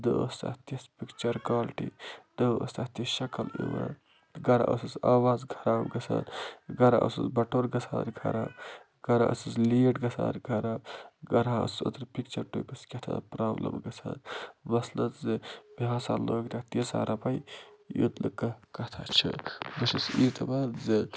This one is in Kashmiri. دِ اوس اَتھ تِژھ پِکچَر کالِٹی نہٕ ٲس تَتھ تِژھ شَکٕل یِوان گَرا ٲسٕس آواز خراب گژھان گَرا ٲسٕس بَٹُن گژھان خراب گرا ٲسٕس لیٖڈ گژھان خراب گرا ٲسٕس اوترٕ پِکچَر ٹیوٗبَس کیٛاہ تھام پرٛابلِم گژھان مثلاً زِ مےٚ ہسا لٲگ تَتھ تیٖژاہ رۄپَے یُتھ نہٕ کانٛہہ کَتھاہ چھِ بہٕ چھُس یی دپان زِ